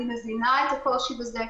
אני מבינה את הקושי בזה,